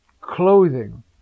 clothing